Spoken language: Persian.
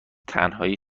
تنهایی